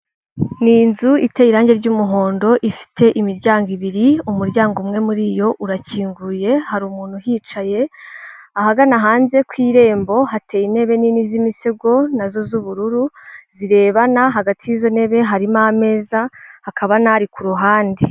Ni inzu iteye irangi ry'umuhondo, ifite imiryango ibiri, umuryango umwe muri iyo urakinguye, hari umuntu uhicaye, ahagana hanze ku irembo hateye intebe nini z'imisego nazo z'ubururu zirebana, hagati y'izo ntebe harimo ameza, hakaba n'ari ku ruhande.